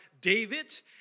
David